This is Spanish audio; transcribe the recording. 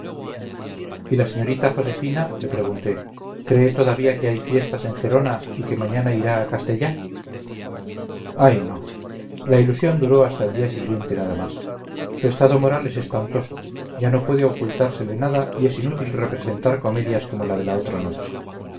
y la señorita josefina le pregunté cree todavía que hay fiestas en gerona y que mañana irá a castell ay no la ilusión duró hasta el día siguiente nada más su estado moral es espantoso ya no puede ocultársele nada y es inútil representar comedias como la de la otra noche